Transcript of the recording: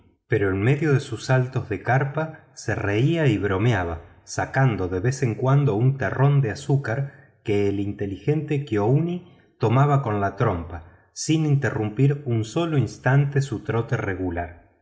pero en medio de sus saltos de carpa se reía y bromeaba sacando de vez en cuando un terrón de azúcar que el inteligente kiouni tomaba con la trompa sin interrumpir un solo instante su trote regular